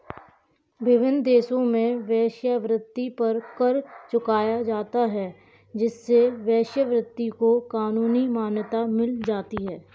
विभिन्न देशों में वेश्यावृत्ति पर कर चुकाया जाता है जिससे वेश्यावृत्ति को कानूनी मान्यता मिल जाती है